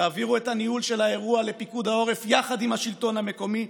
תעבירו את הניהול של האירוע לפיקוד העורף יחד עם השלטון המקומי,